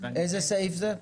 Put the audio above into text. איזה סעיף זה?